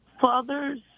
father's